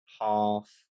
half